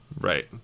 Right